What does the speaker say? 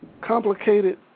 complicated